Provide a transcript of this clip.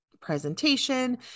presentation